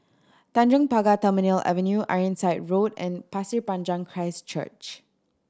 Tanjong Pagar Terminal Avenue Ironside Road and Pasir Panjang Christ Church